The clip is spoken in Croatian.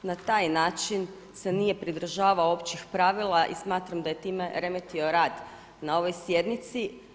Na taj način se nije pridržavao općih pravila i smatram da je time remetio rad na ovoj sjednici.